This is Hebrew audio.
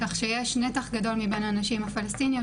כך שיש נתח גדול מבין הנשים הפלשתינאיות